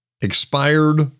expired